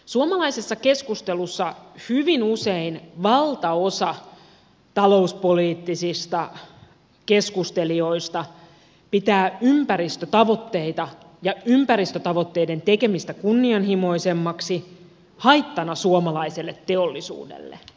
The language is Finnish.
suomalaisessa keskustelussa hyvin usein valtaosa talouspoliittisista keskustelijoista pitää ympäristötavoitteita ja ympäristötavoitteiden tekemistä kunnianhimoisemmiksi haittana suomalaiselle teollisuudelle